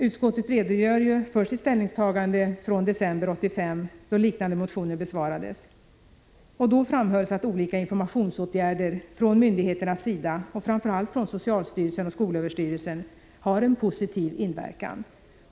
Utskottet redogör för sitt ställningstagande från december 1985, då liknande motioner behandlades. Då framhölls att olika informationsåtgärder från myndigheternas sida, framför allt från socialstyrelsen och skolöverstyrelsen, har en positiv inverkan.